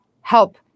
help